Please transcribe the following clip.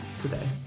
today